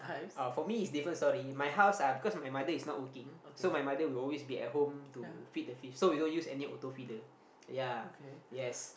uh for me it's different story my house uh because my mother is not working so my mother will always be at home to feed the fish so we don't use any auto feeder ya yes